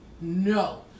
No